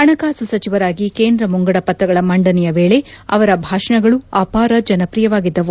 ಪಣಕಾಸು ಸಚಿವರಾಗಿ ಕೇಂದ್ರ ಮುಂಗಡ ಪತ್ರಗಳ ಮಂಡನೆಯ ವೇಳೆ ಅವರ ಭಾಷಣಗಳು ಅಪಾರ ಜನಪ್ರಿಯವಾಗಿದ್ದವು